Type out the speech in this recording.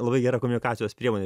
labai gera kumunikacijos priemonė